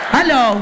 Hello